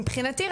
מבחינתי,